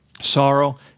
Sorrow